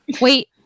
Wait